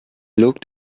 looked